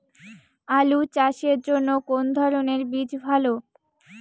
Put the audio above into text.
আলু চাষের জন্য কোন ধরণের বীজ ভালো?